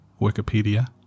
Wikipedia